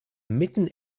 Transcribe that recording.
mitten